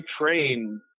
train